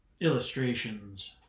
illustrations